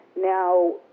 now